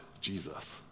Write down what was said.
Jesus